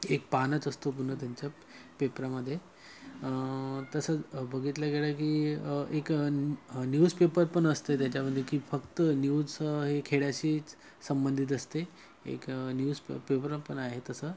एक पानच असतो पूर्ण त्यांच्या पेपरामध्ये तसं बघितलं गेलं की एक न्यूज पेपर पण असते त्याच्यामध्ये की फक्त न्यूज हे खेड्याशीच संबंधित असते एक न्यूज प पेपर पण आहे तसं